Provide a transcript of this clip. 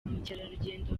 mukerarugendo